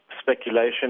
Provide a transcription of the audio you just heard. speculation